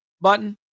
button